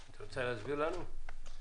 את רוצה להסביר לנו?